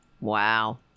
Wow